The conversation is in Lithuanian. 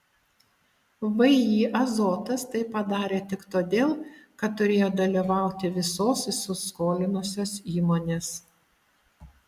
vį azotas tai padarė tik todėl kad turėjo dalyvauti visos įsiskolinusios įmonės